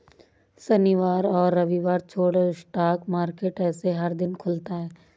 शनिवार और रविवार छोड़ स्टॉक मार्केट ऐसे हर दिन खुलता है